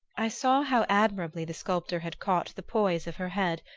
i saw how admirably the sculptor had caught the poise of her head,